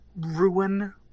ruin